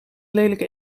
lelijke